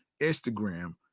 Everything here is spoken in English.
instagram